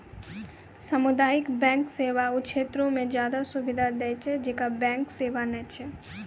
समुदायिक बैंक सेवा उ क्षेत्रो मे ज्यादे सुविधा दै छै जैठां बैंक सेबा नै छै